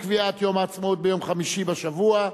קביעת יום העצמאות ביום חמישי בשבוע),